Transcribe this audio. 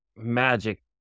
magic